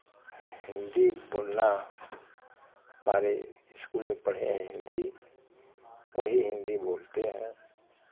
हिन्दी बोलना हमारे स्कूल में पढ़े हैं हिन्दी वही हिन्दी बोलते हैं